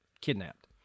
kidnapped